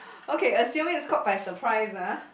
okay assuming is caught by surprise ah